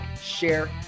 share